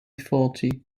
faulty